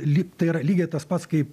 lyg tai yra lygiai tas pats kaip